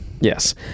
yes